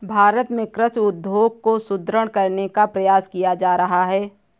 भारत में कृषि उद्योग को सुदृढ़ करने का प्रयास किया जा रहा है